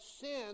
sin